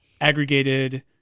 aggregated